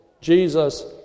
Jesus